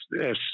yes